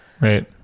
Right